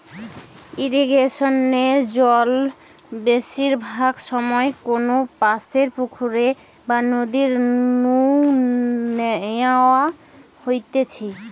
ইরিগেশনে জল বেশিরভাগ সময় কোনপাশের পুকুর বা নদী নু ন্যাওয়া হইতেছে